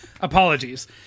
apologies